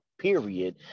Period